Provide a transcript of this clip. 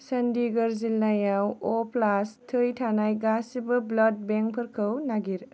चन्डीगर जिल्लायाव अ प्लास थै थानाय गासिबो ब्लाड बेंकफोरखौ नागिर